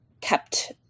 kept